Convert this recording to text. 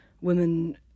women